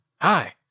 Hi